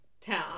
town